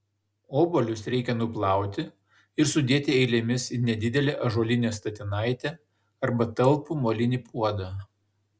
obuolius reikia nuplauti ir sudėti eilėmis į nedidelę ąžuolinę statinaitę arba talpų molinį puodą